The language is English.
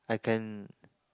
I can